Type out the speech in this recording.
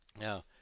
Now